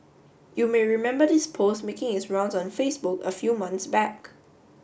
you may remember this post making its rounds on Facebook a few month back